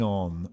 on